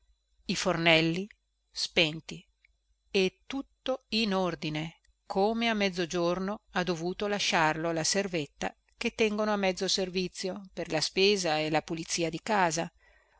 i fornelli spenti e tutto in ordine come a mezzogiorno ha dovuto lasciarlo la servetta che tengono a mezzo servizio per la spesa e la pulizia di casa